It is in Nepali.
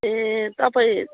ए तपाईँ